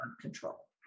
control